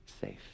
safe